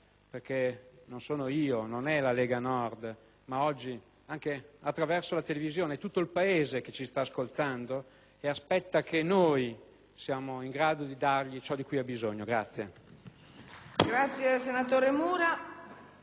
Perché non sono io, non è la Lega Nord, ma oggi (anche attraverso la trasmissione televisiva) è tutto il Paese che ci sta ascoltando e aspetta che noi si sia in grado di dare adesso ciò di cui ha bisogno.